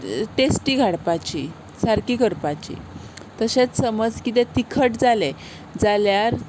टेस्टीक हाडपाची सारकी करपाची तशेंच समज कितें तिखट जालें जाल्यार